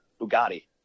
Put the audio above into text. Bugatti